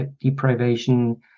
deprivation